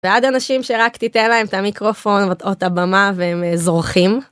ועד אנשים שרק תיתן להם את המיקרופון או את הבמה והם זורחים.